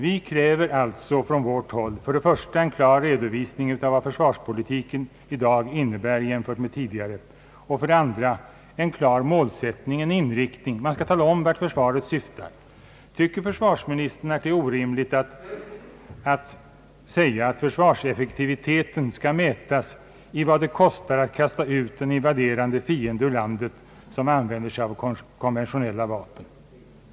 Vi kräver alltså från vårt håll för det första en klar redovisning av vad försvarspolitiken i dag innebär jämfört med tidigare, och för det andra en klar målsättning, en inriktning. Man skall tala om vart försvarets utveckling syftar. Tycker försvarsministern att det är orimligt att säga, att försvarseffektiviteten och ramen skall mätas i vad det kostar att kasta ut ur landet en invaderande fiende som använder sig av konventionella vapen?